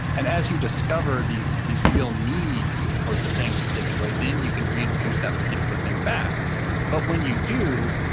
and as you discover these these real needs for the things you've taken away, then you can reintroduce that particular thing back but when you do,